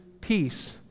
peace